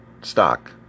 stock